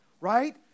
right